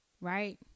right